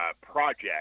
project